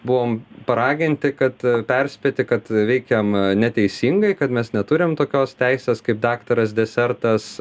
buvom paraginti kad perspėti kad veikiam neteisingai kad mes neturim tokios teisės kaip daktaras desertas